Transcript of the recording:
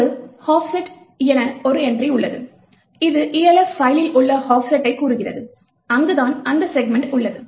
அங்கு ஆஃப்செட் என ஒரு என்ட்ரி உள்ளது இது Elf பைலில் உள்ள ஆஃப்செட்டை கூறுகிறது அங்கு தான் அந்த செக்மென்ட் உள்ளது